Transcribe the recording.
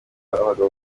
abagabo